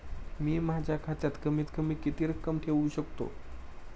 मी माझ्या खात्यात कमीत कमी किती रक्कम ठेऊ शकतो?